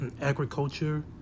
agriculture